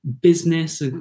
business